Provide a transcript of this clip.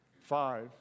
Five